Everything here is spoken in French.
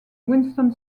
winston